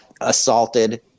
assaulted